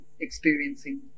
experiencing